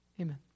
Amen